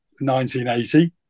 1980